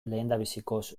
lehendabizikoz